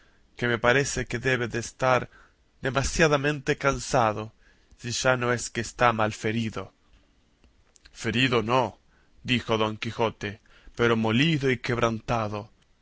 que me parece que debe de estar demasiadamente cansado si ya no es que está malferido ferido no dijo don quijote pero molido y quebrantado